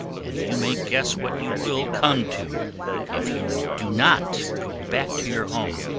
and you may guess what you will come to if you do not go back to your home.